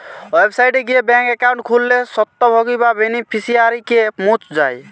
website গিয়ে bank account খুললে স্বত্বভোগী বা বেনিফিশিয়ারিকে মুছ যায়